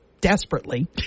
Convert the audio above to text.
desperately